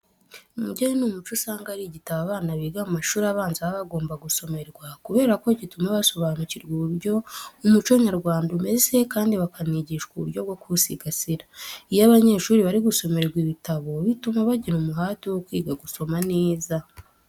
Ubugeni n'umuco usanga ari igitabo abana biga mu mashuri abanza baba bagomba gusomerwa kubera ko gituma basobanurirwa uburyo umuco nyarwanda umeze kandi bakanigishwa uburyo bwo kuwusigasira. Iyo abanyeshuri bari gusomerwa ibitabo bituma bagira umuhate wo kwiga gusoma neza.